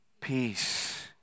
peace